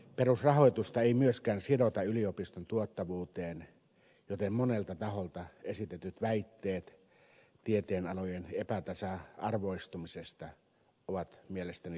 perusrahoitusta ei myöskään sidota yliopiston tuottavuuteen joten monelta taholta esitetyt väitteet tieteenalojen epätasa arvoistumisesta ovat mielestäni liioiteltuja